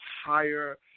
higher